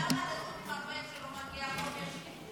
למה לערוץ 14 לא מגיע חופש דיבור?